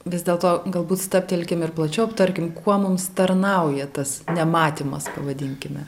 vis dėlto galbūt stabtelkim ir plačiau aptarkim kuo mums tarnauja tas nematymas pavadinkime